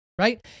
Right